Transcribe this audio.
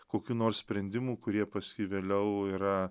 kokių nors sprendimų kurie pas jį vėliau yra